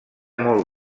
molt